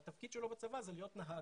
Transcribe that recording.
והתפקיד שלו בצבא זה להיות נהג,